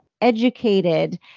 educated